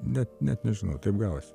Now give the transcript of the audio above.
net net nežinau taip gavosi